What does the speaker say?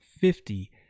fifty